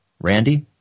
Randy